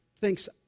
thinks